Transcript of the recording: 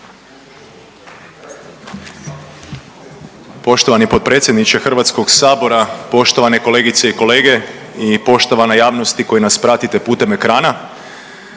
Poštovani potpredsjedniče HS-a, poštovani kolegice i kolege i poštovane i cijenjena javnosti koja nas pratite putem ekrana.